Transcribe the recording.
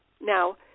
Now